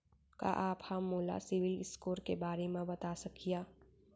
का आप हा मोला सिविल स्कोर के बारे मा बता सकिहा?